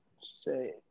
say